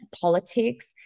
politics